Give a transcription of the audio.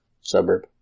suburb